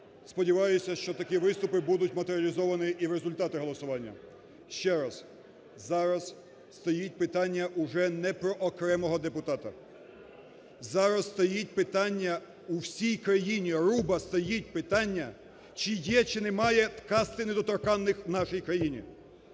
сподіваюсь, що такі виступи будуть матеріалізовані і в результати голосування. Ще раз, зараз стоїть питання уже не про окремого депутата, зараз стоїть питання, у всій країні руба стоїть питання, чи є чи немає "касти недоторканних" в нашій країні?